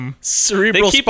Cerebral